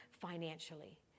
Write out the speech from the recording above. financially